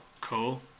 Cool